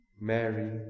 Mary